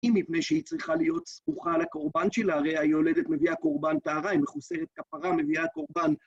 היא מפני שהיא צריכה להיות סמוכה על הקורבן שלה, הרי היולדת מביאה קורבן טהרה, היא מחוסרת כפרה, מביאה קורבן.